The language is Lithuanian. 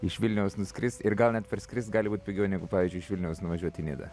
iš vilniaus nuskrist ir gal net parskrist gali būt pigiau negu pavyzdžiui iš vilniaus nuvažiuot į nidą